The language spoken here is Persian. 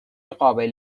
قابل